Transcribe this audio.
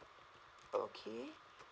okay